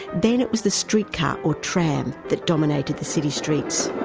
then it was the streetcar or tram that dominated the city streets.